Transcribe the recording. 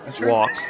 walk